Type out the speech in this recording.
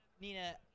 Nina